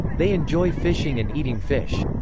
they enjoy fishing and eating fish.